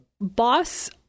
boss